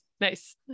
nice